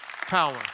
power